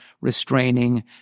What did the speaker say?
restraining